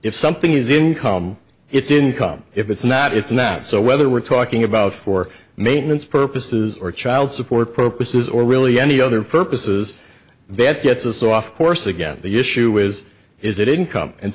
if something is income it's income if it's not it's not so whether we're talking about for maintenance purposes or child support pro pieces or really any other purposes bet gets us off course again the issue is is it income and